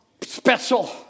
special